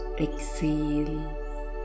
exhale